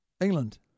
England